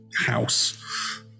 house